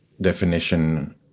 definition